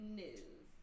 news